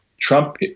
Trump